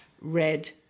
red